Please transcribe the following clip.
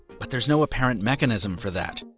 but there's no apparent mechanism for that.